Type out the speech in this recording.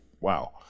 wow